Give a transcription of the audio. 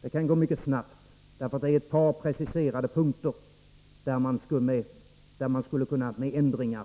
Det kan gå mycket snabbt. På ett par preciserade punkter skulle man med ändringar